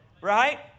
Right